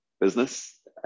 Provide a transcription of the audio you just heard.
business